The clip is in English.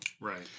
Right